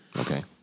Okay